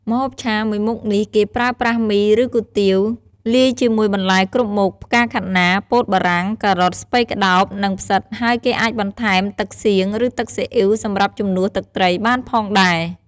ម្ហូបឆាមួយមុខនេះគេប្រើប្រាស់មី ឬគុយទាវ លាយជាមួយបន្លែគ្រប់មុខ ផ្កាខាត់ណា ពោតបារាំង ការ៉ុត ស្ពៃក្ដោប និងផ្សិត ហើយគេអាចបន្ថែម ទឹកសៀង ឬទឹកស៊ីអ៉ីវ សម្រាប់ជំនួសទឹកត្រីបានផងដែរ។